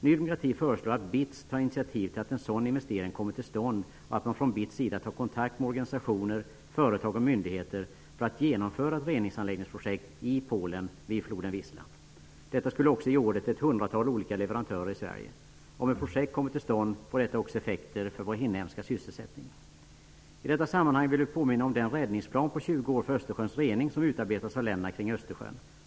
Ny demokrati föreslår att BITS tar initiativ till att en sådan investering kommer till stånd och att man från BITS:s sida tar kontakt med organisationer, företag och myndigheter för att genomföra ett reningsanläggningsprojekt i Polen vid floden Wisla. Detta skulle ge order till ett hundratal olika leverantörer i Sverige. Om ett projekt kommer till stånd får det effekter också för vår inhemska sysselsättning. I detta sammanhang vill vi påminna om den räddningsplan på 20 år för Östersjöns rening som utarbetats av länderna kring Östersjön.